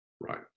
Right